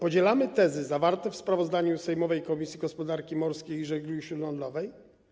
Podzielamy tezy zawarte w sprawozdaniu sejmowej Komisji Gospodarki Morskiej i Żeglugi Śródlądowej.